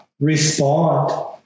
respond